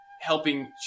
helping